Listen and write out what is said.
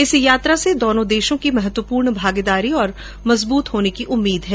इस यात्रा से दोनों देशों की महत्वपूर्ण भागीदारी और मजबूत होने की उम्मीद है